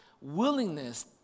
willingness